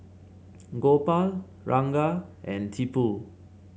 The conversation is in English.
Gopal Ranga and Tipu